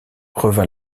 revint